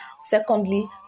Secondly